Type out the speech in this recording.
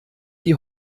die